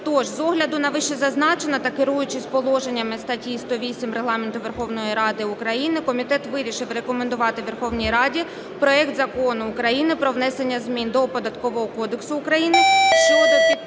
Тож з огляду на вищезазначене та керуючись положеннями статті 108 Регламенту Верховної Ради України, комітет вирішив рекомендувати Верховній Раді проект Закону України про внесення змін до Податкового кодексу України щодо підтримки